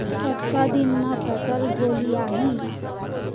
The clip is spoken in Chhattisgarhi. कतका दिन म फसल गोलियाही?